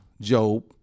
Job